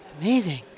Amazing